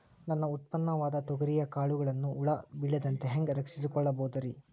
ನನ್ನ ಉತ್ಪನ್ನವಾದ ತೊಗರಿಯ ಕಾಳುಗಳನ್ನ ಹುಳ ಬೇಳದಂತೆ ಹ್ಯಾಂಗ ರಕ್ಷಿಸಿಕೊಳ್ಳಬಹುದರೇ?